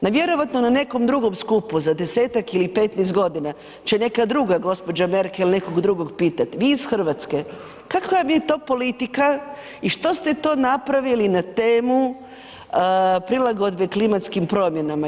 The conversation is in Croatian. No vjerojatno na nekom drugom skupu za desetak ili petnaest godina će neka druga gospođa Merkel nekog drugo pitati, vi iz Hrvatske kakva vam je to politika i što ste to napravili na temu prilagodbe klimatskim promjenama.